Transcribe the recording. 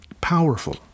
powerful